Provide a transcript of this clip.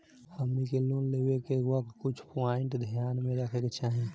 हमनी के लोन लेवे के वक्त कुछ प्वाइंट ध्यान में रखे के चाही